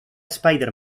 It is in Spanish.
spider